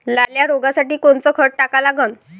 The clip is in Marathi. लाल्या रोगासाठी कोनचं खत टाका लागन?